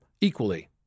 equally